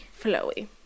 flowy